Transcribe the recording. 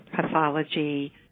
pathology